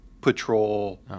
Patrol